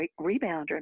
rebounder